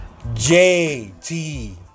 JT